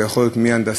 זה יכול להיות מהנדסאיות,